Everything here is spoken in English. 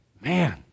man